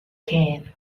can